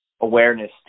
awareness